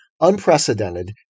unprecedented